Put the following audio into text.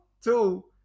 Two